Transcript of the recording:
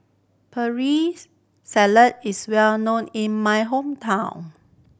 salad is well known in my hometown